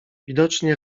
widocznie